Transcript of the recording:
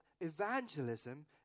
evangelism